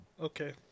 Okay